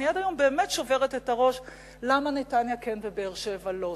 עד היום אני באמת שוברת את הראש למה נתניה כן ובאר-שבע לא.